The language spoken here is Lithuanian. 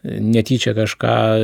netyčia kažką